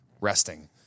resting